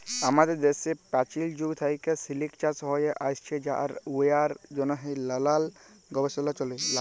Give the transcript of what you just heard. আমাদের দ্যাশে পাচীল যুগ থ্যাইকে সিলিক চাষ হ্যঁয়ে আইসছে আর ইয়ার জ্যনহে লালাল গবেষলা চ্যলে